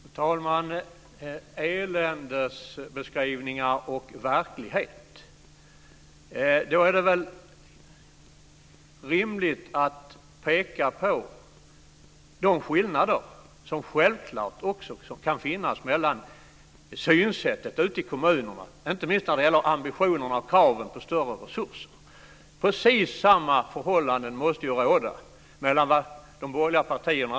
Fru talman! Det talas om eländesbeskrivningar och verklighet. Då är det väl rimligt att peka på de skillnader som självklart också kan finnas i fråga om synsättet ute i kommunerna. Det gäller inte minst ambitionerna och kraven på större resurser. Precis samma förhållanden måste ju råda mellan de borgerliga partierna.